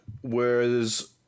whereas